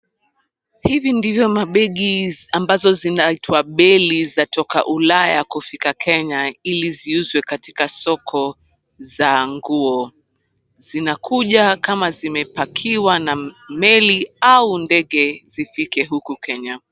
Hivi ndivo mabegi ambazo zinaitwa beli zatoka ulaya kufika Kenya ili ziuzwe katika soko za nguo. Zinakuja kama zimepakiwa na meli au ndege zifike huku Kenya.